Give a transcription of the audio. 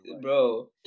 Bro